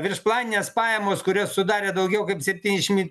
viršplaninės pajamos kurias sudarė daugiau kaip septyniasdešimt